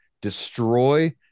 destroy